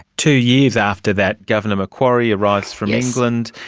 two years after that, governor macquarie arrives from england,